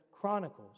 Chronicles